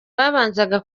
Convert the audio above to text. babanzaga